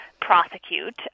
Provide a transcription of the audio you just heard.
prosecute